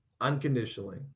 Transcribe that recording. unconditionally